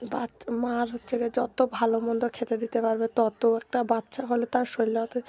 বাচ মার হচ্ছে কী যত ভালো মন্দ খেতে দিতে পারবে তত একটা বাচ্চা হলে তার শরীরে অত